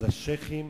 לשיח'ים